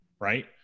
right